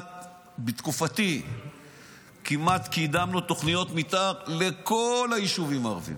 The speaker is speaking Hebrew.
בתקופתי אנחנו כמעט קידמנו תוכניות מתאר לכל היישובים הערביים,